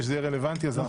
וכשזה יהיה רלוונטי נדון.